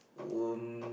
um